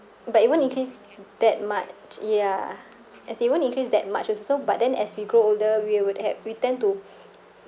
but even in case that much ya as in it won't increase that much also but then as we grow older we would have we tend to